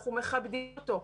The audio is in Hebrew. אנחנו מכבדים אותו,